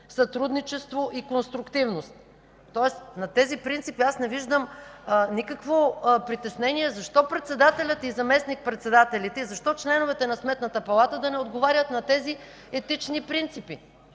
сътрудничество и конструктивност, тоест на тези принципи аз не виждам никакво притеснение защо председателят и заместник-председателите, защо членовете на Сметната палата да не отговарят на тези етични принципи.